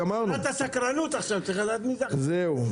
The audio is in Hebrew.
עוררת את הסקרנות, צריך לדעת מי זה חבר הכנסת.